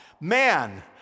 man